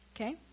okay